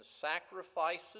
sacrifices